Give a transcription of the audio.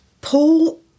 Paul